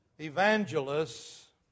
Evangelists